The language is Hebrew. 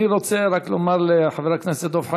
אני רוצה רק לומר לחבר הכנסת דב חנין,